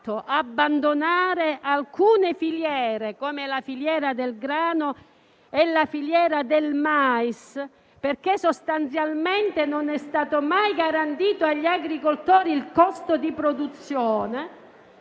abbandonare alcune filiere, come la filiera del grano e la filiera del mais, a causa del fatto che sostanzialmente non è stato mai garantito agli agricoltori il costo di produzione,